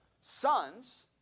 sons